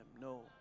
No